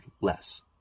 less